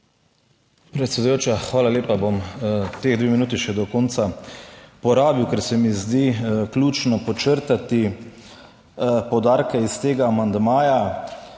Predsedujoča, hvala lepa. Bom ti 2 minuti še do konca porabil, ker se mi zdi ključno podčrtati poudarke iz tega amandmaja.